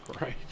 right